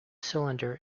cylinder